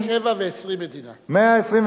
מאה ושבע ועשרים מדינה.